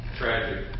tragic